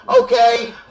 okay